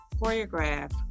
choreograph